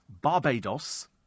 Barbados